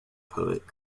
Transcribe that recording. poet